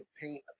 paint